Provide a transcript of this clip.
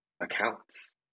accounts